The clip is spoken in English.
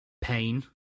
pain